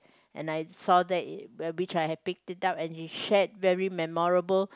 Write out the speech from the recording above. and I saw that it which I had picked it up and she shared very memorable